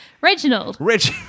Reginald